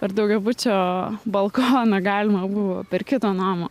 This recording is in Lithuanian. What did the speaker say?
per daugiabučio balkoną galima buvo per kito namo